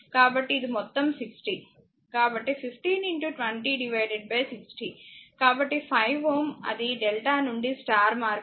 కాబట్టి ఇది మొత్తం 60 కాబట్టి 15 20 60 కాబట్టి 5 Ω అది డెల్టా నుండి స్టార్ మార్పిడి అవుతుంది